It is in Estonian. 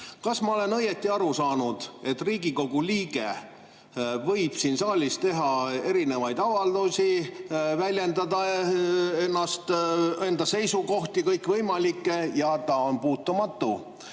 Kas ma olen õieti aru saanud, et Riigikogu liige võib siin saalis teha erinevaid avaldusi, väljendada ennast, enda kõikvõimalikke seisukohti, ja ta on puutumatu,